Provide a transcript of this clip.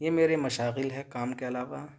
یہ میرے مشاغل ہیں کام کے علاوہ